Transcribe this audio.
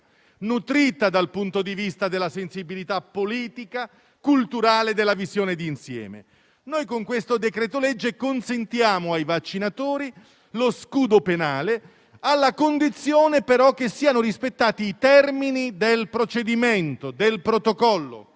nutrita dal punto di vista della sensibilità politica, culturale e della visione di insieme. Con il decreto-legge in esame consentiamo ai vaccinatori lo scudo penale alla condizione, però, che siano rispettati i termini del protocollo.